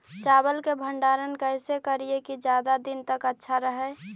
चावल के भंडारण कैसे करिये की ज्यादा दीन तक अच्छा रहै?